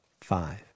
Five